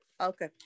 Okay